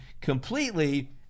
completely